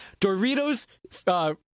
Doritos